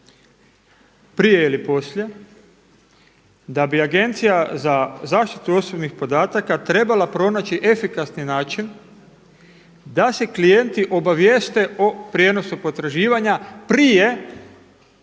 prije ili poslije, da bi Agencija za zaštitu osobnih podataka trebala pronaći efikasni način da se klijente obavijeste o prijenosu potraživanja prije